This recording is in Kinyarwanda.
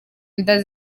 inda